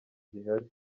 gihari